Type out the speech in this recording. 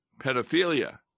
pedophilia